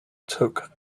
took